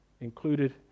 included